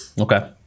Okay